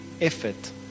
effort